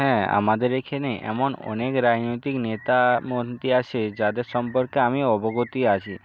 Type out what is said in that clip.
হ্যাঁ আমাদের এখেনে এমন অনেক রাজনৈতিক নেতা মন্ত্রী আছে যাদের সম্পর্কে আমি অবগত আছি